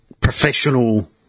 professional